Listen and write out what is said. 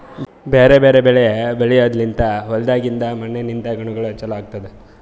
ಬ್ಯಾರೆ ಬ್ಯಾರೆ ಬೆಳಿಗೊಳ್ ಬೆಳೆದ್ರ ಲಿಂತ್ ಹೊಲ್ದಾಗಿಂದ್ ಮಣ್ಣಿನಿಂದ ಗುಣಗೊಳ್ ಚೊಲೋ ಆತ್ತುದ್